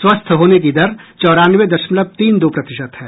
स्वस्थ होने की दर चौरानवे दशमलव तीन दो प्रतिशत है